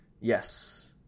yes